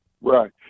right